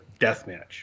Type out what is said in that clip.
deathmatch